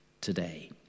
today